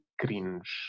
cringe